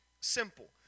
simple